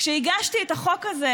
כשהגשתי את החוק הזה,